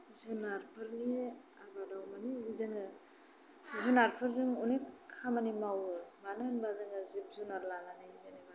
जुनारफोरनि आबादाव माने जोङो जुनारफोरजों अनेक खामानि मावो मानो होनबा जोङो जिब जुनार लानानै जेनेबा